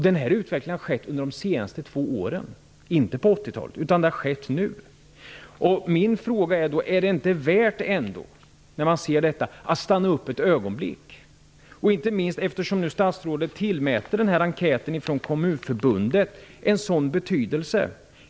Denna utveckling har ägt rum under de senaste två åren. Det skedde inte under 1980-talet, utan det har skett nu. Min fråga är om det inte är värt att nu stanna upp ett ögonblick. Statsrådet tillmäter enkäten från Kommunförbundet stor betydelse.